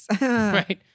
Right